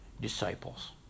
disciples